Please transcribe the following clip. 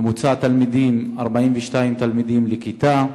ממוצע התלמידים, 42 תלמידים בכיתה.